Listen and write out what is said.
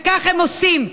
וכך הם עושים.